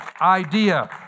idea